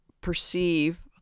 perceive